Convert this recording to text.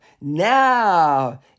Now